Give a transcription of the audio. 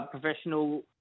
professional